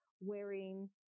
wearing